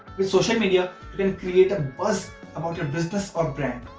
with social media you can create a buzz about your business or brand.